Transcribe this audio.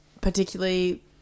particularly